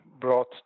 brought